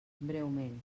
breument